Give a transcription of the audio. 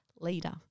leader